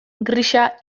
grisa